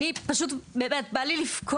אני פשוט, באמת בא לי לבכות.